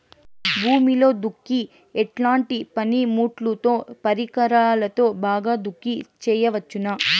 భూమిలో దుక్కి ఎట్లాంటి పనిముట్లుతో, పరికరాలతో బాగా దుక్కి చేయవచ్చున?